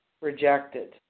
rejected